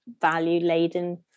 value-laden